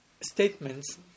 statements